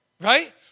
right